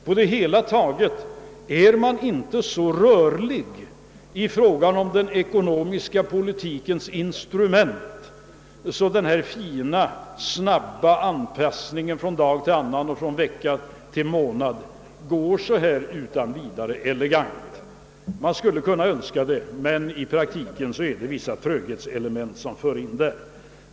På det hela taget är den ekonomiska politikens instrument inte så rörligt att det utan vidare går att göra en fin, snabb anpass ning från den ena dagen till den andra, från vecka till vecka. Man skulle önska att det vore möjligt, men i praktiken spelar vissa tröghetselement in.